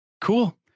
cool